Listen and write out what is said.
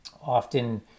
often